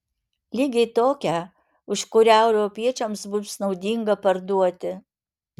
lygiai tokią už kurią europiečiams bus naudinga parduoti